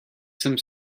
some